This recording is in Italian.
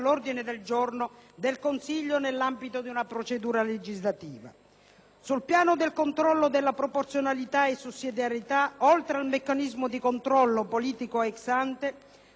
Sul piano del controllo della proporzionalità e sussidiarietà, oltre al meccanismo di controllo politico *ex ante* già previsto dal Trattato costituzionale in favore dei Parlamenti degli Stati membri,